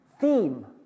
theme